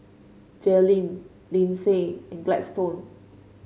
Jalynn Linsey and Gladstone